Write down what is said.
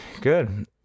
good